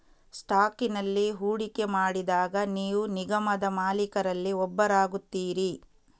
ಸ್ಟಾಕಿನಲ್ಲಿ ಹೂಡಿಕೆ ಮಾಡಿದಾಗ ನೀವು ನಿಗಮದ ಮಾಲೀಕರಲ್ಲಿ ಒಬ್ಬರಾಗುತ್ತೀರಿ